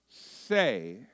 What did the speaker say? say